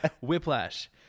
Whiplash